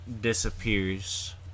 disappears